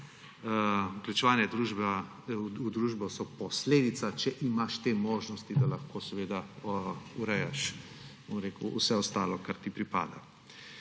Vključevanja v družbo so posledica, če imaš te možnosti, da lahko urejaš vse ostalo, kar ti pripada.